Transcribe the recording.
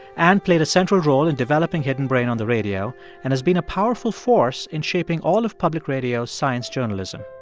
anne played a central role in developing hidden brain on the radio and has been a powerful force in shaping all of public radio's science journalism.